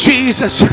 Jesus